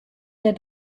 der